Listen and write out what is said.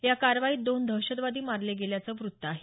या कारवाईत दोन दहशतवादी मारले गेल्याचं वृत्त आहे